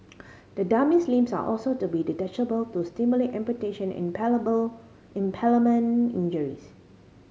the dummy's limbs are also to be detachable to stimulate amputation and impalement injuries